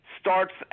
Starts